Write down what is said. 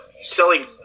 selling